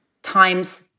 Times